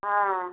हाँ